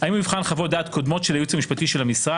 האם הוא יבחן חוות-דעת קודמות של הייעוץ המשפטי של המשרד?